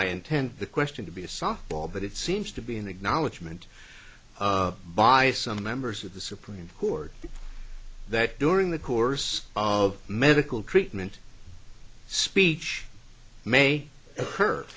i intend the question to be a softball but it seems to be an acknowledgment by some members of the supreme court that during the course of medical treatment speech may